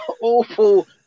awful